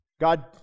God